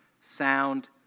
sound